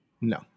No